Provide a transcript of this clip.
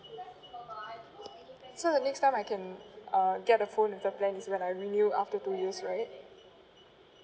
so the next time I can uh get a phone with the plans is when I renew after two years right